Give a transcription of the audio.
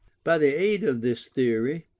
by the aid of this theory,